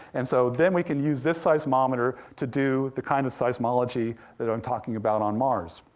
and so then, we can use this seismometer to do the kind of seismology that i'm talking about on mars.